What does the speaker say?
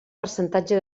percentatge